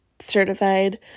certified